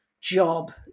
job